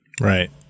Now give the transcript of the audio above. Right